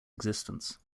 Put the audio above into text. existence